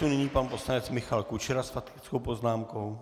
Nyní pan poslanec Michal Kučera s faktickou poznámkou.